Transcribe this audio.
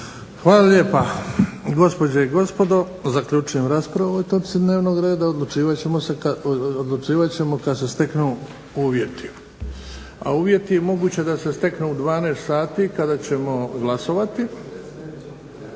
Hvala lijepa. Gospođe i gospodo zaključujem raspravu o ovoj točci dnevnog reda, odlučivat ćemo kada se steknu uvjeti. a uvjeti moguće da se steknu u 12 sati kada ćemo glasovati